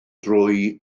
drwy